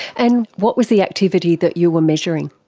and what was the activity that you were measuring?